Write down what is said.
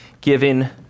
given